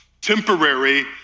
temporary